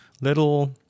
little